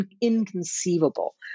inconceivable